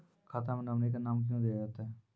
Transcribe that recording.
खाता मे नोमिनी का नाम क्यो दिया जाता हैं?